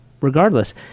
regardless